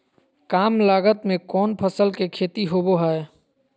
काम लागत में कौन फसल के खेती होबो हाय?